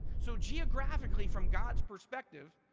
so geographically from god's perspective,